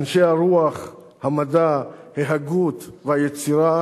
אנשי הרוח, המדע, ההגות והיצירה,